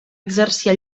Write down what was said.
exercir